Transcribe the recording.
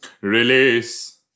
Release